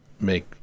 make